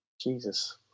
Jesus